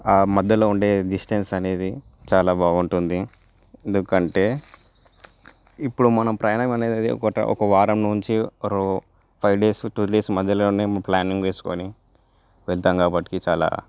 ఆ మధ్యలో ఉండే డిస్టెన్స్ అనేది చాలా బాగుంటుంది ఎందుకంటే ఇప్పుడు మనం ప్రయాణం అనేది ఒక ఒక వారం నుంచి ఒక ఫైవ్ డేస్ టు డేస్ మధ్యలో మేము ప్లానింగ్ వేసుకొని వెళ్తాం కాబట్టి చాలా